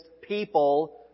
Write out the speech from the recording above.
people